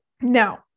Now